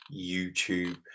YouTube